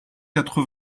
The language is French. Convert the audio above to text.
quatre